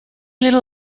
little